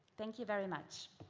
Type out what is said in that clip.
thank you very much.